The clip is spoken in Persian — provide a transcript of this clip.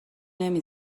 نمی